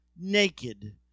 naked